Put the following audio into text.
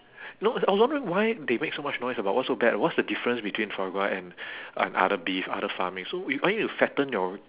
no I was wondering why they make so much noise about what's so bad about what's the difference between foie gras and and other beef other farming so we I need to fatten your